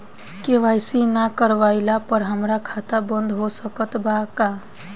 KYC ना करवाइला पर हमार खाता बंद हो सकत बा का?